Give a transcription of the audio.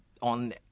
on